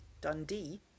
Dundee